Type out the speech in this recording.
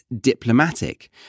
diplomatic